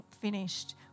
finished